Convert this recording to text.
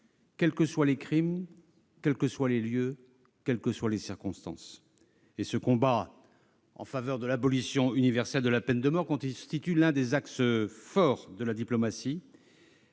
quels que soient les crimes, quels que soient les lieux, quelles que soient les circonstances. Ce combat en faveur de l'abolition universelle constitue l'un des axes forts de notre diplomatie,